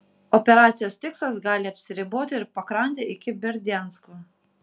operacijos tikslas gali apsiriboti ir pakrante iki berdiansko